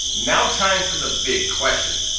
now time for the big question.